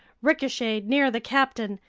ricocheted near the captain,